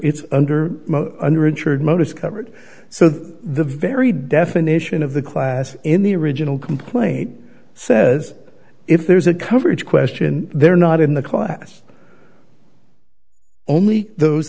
it's under under insured mode is covered so the very definition of the class in the original complaint says if there's a coverage question they're not in the class only those